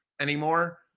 anymore